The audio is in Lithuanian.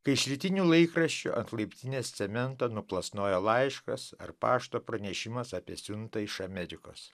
kai iš rytinių laikraščių ant laiptinės cementą nuplasnojo laiškas ar pašto pranešimas apie siuntą iš amerikos